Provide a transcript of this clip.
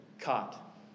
caught